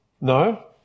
No